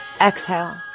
exhale